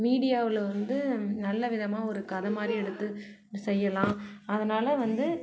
மீடியாவில் வந்து நல்ல விதமாக ஒரு கதை மாதிரி எடுத்து செய்யலாம் அதனால் வந்து